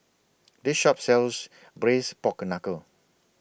This Shop sells Braised Pork Knuckle